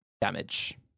damage